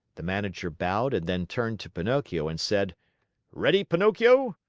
the manager bowed and then turned to pinocchio and said ready, pinocchio!